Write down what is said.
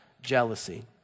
jealousy